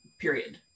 period